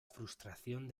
frustración